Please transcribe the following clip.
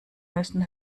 müssen